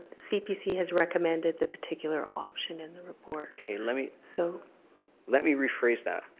cpc has recommended the particular option in the report. let me so let me rephrase that.